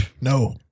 No